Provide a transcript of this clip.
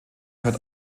hört